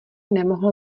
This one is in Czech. nemohl